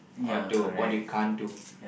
or to what you can't do